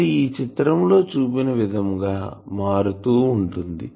అది ఈ చిత్రం లో చూపిన విధంగా మారుతూ ఉంటుంది